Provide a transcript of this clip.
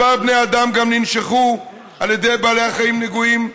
כמה בני אדם ננשכו על ידי בעלי חיים נגועים,